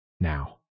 Now